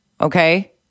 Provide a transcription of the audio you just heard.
okay